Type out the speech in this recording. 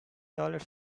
dollars